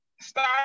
start